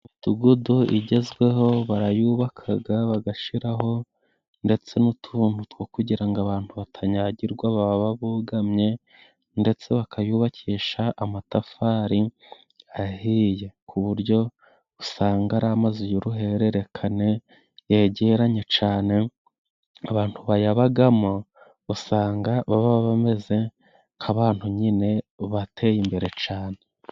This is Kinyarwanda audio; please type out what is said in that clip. Imidugudu igezweho barayubakaga bagashiraho ndetse n'utuntu two kugira ngo abantu batanyagirwa baba bugamye, ndetse bakayubakisha amatafari ahiye ku buryo usanga ari amazu y'uruhererekane yegeranye cane ,abantu bayabagamo usanga baba bameze nk'abantu nyine bateye imbere cane.